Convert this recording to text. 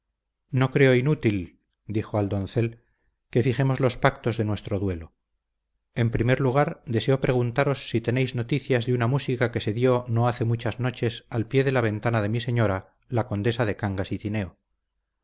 no creo inútil dijo al doncel que fijemos los pactos de nuestro duelo en primer lugar deseo preguntaros si tenéis noticia de una música que se dio no hace muchas noches al pie de la ventana de mi señora la condesa de cangas y tineo sí